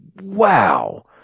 wow